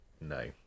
no